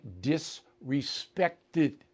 disrespected